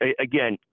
Again